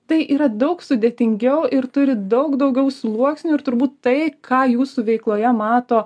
tai yra daug sudėtingiau ir turi daug daugiau sluoksnių ir turbūt tai ką jūsų veikloje mato